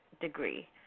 degree